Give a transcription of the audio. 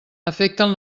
afecten